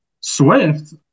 Swift